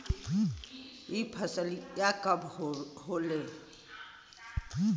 यह फसलिया कब होले?